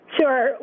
Sure